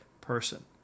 person